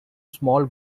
small